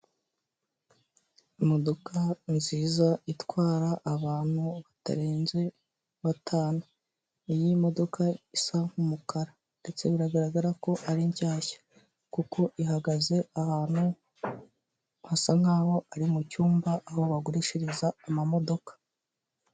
Imodoka nziza itwara abantu batarenze batanu, iyi modoka isa nk'umukara ndetse biragaragara ko ari shyashya kuko ihagaze ahantu hasa nk'aho ari mu cyumba aho bagurishiriza amamodoka.